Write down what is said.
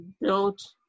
built